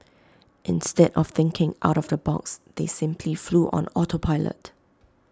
instead of thinking out of the box they simply flew on auto pilot